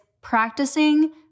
practicing